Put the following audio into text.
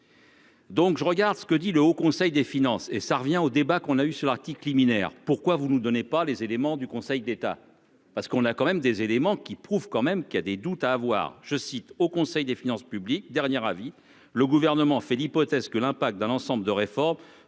Donc je regarde ce que dit le Haut conseil des finances et ça revient au débat qu'on a eues sur l'article liminaire pourquoi vous nous donnez pas les éléments du Conseil d'État parce qu'on a quand même des éléments qui prouvent quand même qu'il a des doutes à avoir, je cite au Conseil des finances publiques. Dernière avis le gouvernement fait l'hypothèse que l'impact d'un ensemble de réformes.